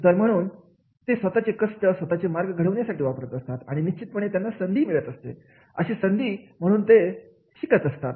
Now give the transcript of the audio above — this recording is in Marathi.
तर म्हणून ते स्वतःचे कष्ट स्वतःचे मार्ग घडवण्यासाठी वापरत असतात आणि निश्चितपणे त्यांना संधी मिळत असते अशा संधी म्हणून ते शिकत असतात